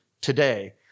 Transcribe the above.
today